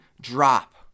drop